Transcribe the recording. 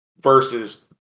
versus